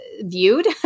viewed